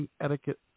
etiquette